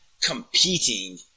competing